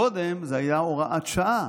קודם זה היה הוראת שעה